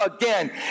again